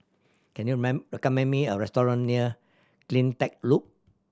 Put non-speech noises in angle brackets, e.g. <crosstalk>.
can you <unintelligible> recommend me a restaurant near Cleantech Loop